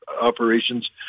operations